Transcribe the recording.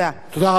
תודה רבה.